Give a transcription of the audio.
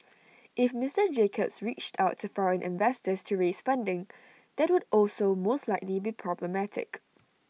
if Mister Jacobs reached out to foreign investors to raise funding that would also most likely be problematic